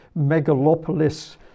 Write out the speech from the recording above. megalopolis